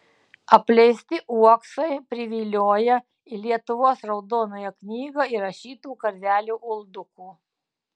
apleisti uoksai privilioja į lietuvos raudonąją knygą įrašytų karvelių uldukų